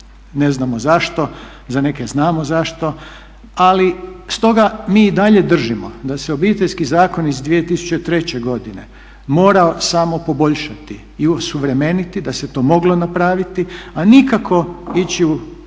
ne znamo zašto, za neke znamo zašto. Ali stoga mi i dalje držimo da se Obiteljski zakon iz 2003. godine morao samo poboljšati i osuvremeniti, da se to moglo napraviti, a nikako ići u